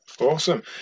awesome